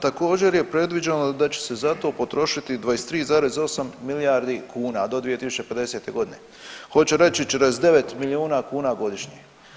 Također je predviđeno da će se za to potrošiti 23,8 milijardi kuna do 2050. g. Hoće reći 49 milijuna kuna godišnje.